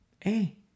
hey